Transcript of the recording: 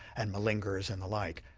and malingerers and the like.